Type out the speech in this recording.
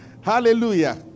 Hallelujah